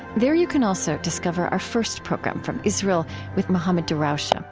there you can also discover our first program from israel with mohammad darawshe. ah